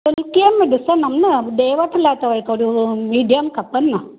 हल्कीअ में ॾिसंदमि न ॾे वठि लाइ त थोरो मीडियम खपनि न